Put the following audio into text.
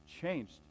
changed